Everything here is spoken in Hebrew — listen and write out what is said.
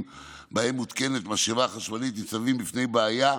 שבהם מותקנת משאבה חשמלית ניצבים בפני בעיה,